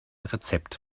rezept